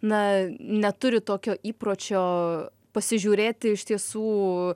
na neturi tokio įpročio pasižiūrėti iš tiesų